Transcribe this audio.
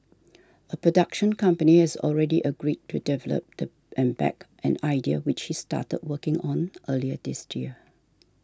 a production company has already agreed to develop the and back an idea which he started working on earlier this year